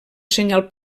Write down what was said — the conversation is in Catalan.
senyal